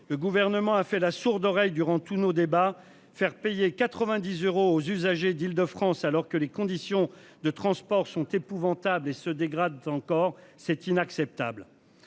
Le gouvernement a fait la sourde oreille durant tous nos débats faire payer 90 euros aux usagers d'Île-de-France, alors que les conditions de transport sont épouvantables et se dégrade encore. C'est inacceptable.